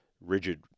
rigid